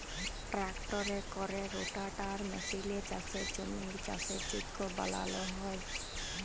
ট্রাক্টরে ক্যরে রোটাটার মেসিলে চাষের জমির চাষের যগ্য বালাল হ্যয়